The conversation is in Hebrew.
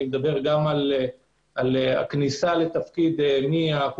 אני מדבר גם על כניסה לתפקיד מהקורסים